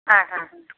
হ্যাঁ হ্যাঁ হ্যাঁ